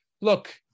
look